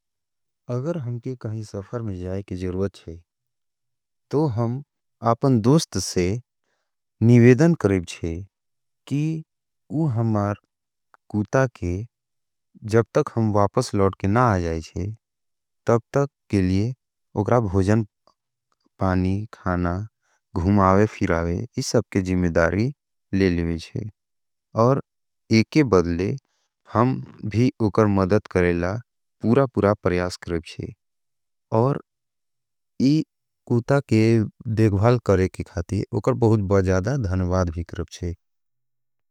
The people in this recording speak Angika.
अगर हमके कहीं सफर में जाये के जरूरत है, तो हम आपन दोस्त से निवेधन करेगे हैं, कि उह हमारे कुता के जब तक हम वापस लोड़ के ना आ जाये हैं, तब तक के लिए उकरा भोजन, पानी, खाना, घुमावे, फिरावे, इस सब के जिम्मेदारी ले लेगे हैं। और एक के बदले हम भी उकर मदद करेला पूरा पूरा परियास करेगे हैं, और इस कुता के देखभाल करे के खाथी उकर बहुत बहुत ज़्यादा धन्यवाद भी करेगे हैं।